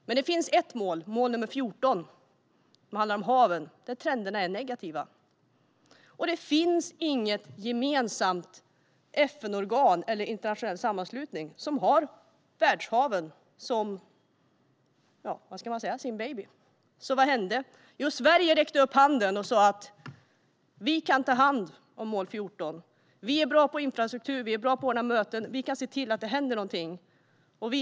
Men det finns ett mål, nr 14, där trenderna är negativa, och det handlar om haven. Det finns inget gemensamt FN-organ eller någon internationell sammanslutning som har världshaven som sin "baby". Vad hände då? Jo, Sverige räckte upp handen och sa: Vi kan ta hand om mål 14. Vi är bra på infrastruktur och på att ordna möten. Vi kan se till att det händer någonting.